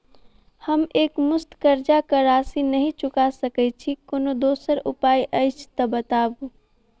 हम एकमुस्त कर्जा कऽ राशि नहि चुका सकय छी, कोनो दोसर उपाय अछि तऽ बताबु?